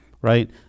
right